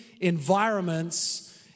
Environments